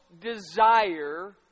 desire